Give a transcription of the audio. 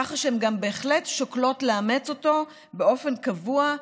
כך שהן בהחלט שוקלות לאמץ אותו באופן קבוע,